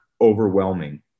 overwhelming